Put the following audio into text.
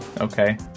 okay